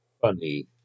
funny